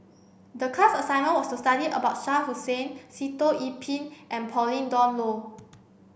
the class assignment was to study about Shah Hussain Sitoh Yih Pin and Pauline Dawn Loh